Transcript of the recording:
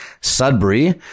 Sudbury